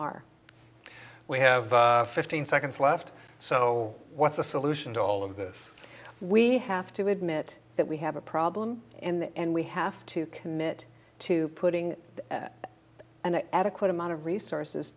are we have fifteen seconds left so what's the solution to all of this we have to admit that we have a problem and we have to commit to putting an adequate amount of resources